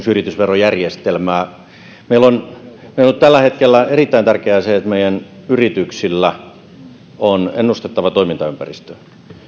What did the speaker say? yritysverojärjestelmää meillä on tällä hetkellä erittäin tärkeää se että meidän yrityksillä on ennustettava toimintaympäristö